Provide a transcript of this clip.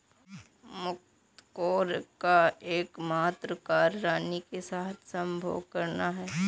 मुकत्कोर का एकमात्र कार्य रानी के साथ संभोग करना है